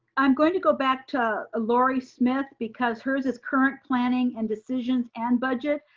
i'm going to go back to ah laurie smith because hers is current planning and decisions and budget.